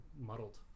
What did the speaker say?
muddled